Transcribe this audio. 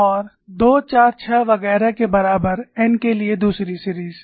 और 2 4 6 वगैरह के बराबर n के लिए दूसरी सीरीज़